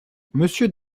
monsieur